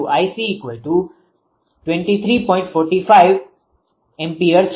41 ampere છે